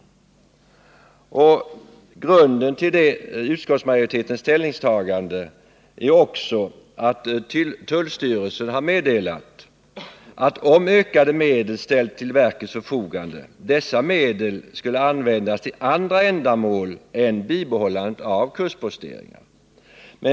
En annan grund för utskottets ställningstagande är att tullstyrelsen har meddelat att om ökade medel ställs till verkets förfogande, dessa medel skulle användas för andra ändamål än för bibehållandet av kustposteringar.